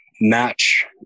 match